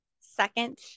second